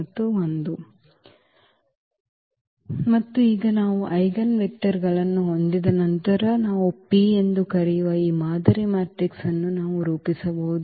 ಮತ್ತು ಈಗ ನಾವು ಐಜೆನ್ ವೆಕ್ಟರ್ಗಳನ್ನು ಹೊಂದಿದ ನಂತರ ನಾವು P ಎಂದು ಕರೆಯುವ ಈ ಮಾದರಿ ಮ್ಯಾಟ್ರಿಕ್ಸ್ ಅನ್ನು ನಾವು ರೂಪಿಸಬಹುದು